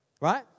Right